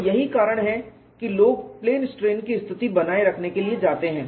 तो यही कारण है कि लोग प्लेन स्ट्रेन की स्थिति बनाए रखने के लिए जाते हैं